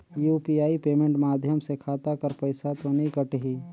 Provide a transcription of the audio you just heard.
UPI payment माध्यम से खाता कर पइसा तो नी कटही?